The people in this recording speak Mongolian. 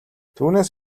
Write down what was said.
түүнээс